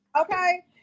Okay